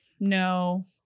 No